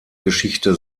geschichte